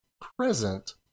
present